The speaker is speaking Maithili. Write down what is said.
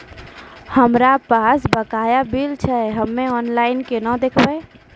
हमरा पास बकाया बिल छै हम्मे ऑनलाइन केना देखबै?